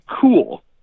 cool